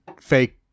fake